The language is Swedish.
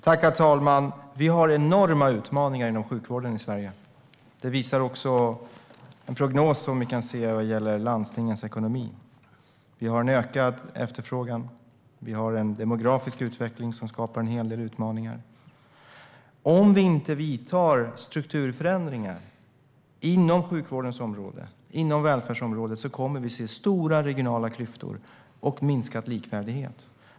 Herr talman! Vi har enorma utmaningar inom sjukvården i Sverige. Det visas också av en prognos om landstingens ekonomi. Vi har en ökad efterfrågan och en demografisk utveckling som skapar en hel del utmaningar. Om vi inte vidtar strukturförändringar inom sjukvården och välfärdsområdet kommer vi att se stora regionala klyftor och minskad likvärdighet.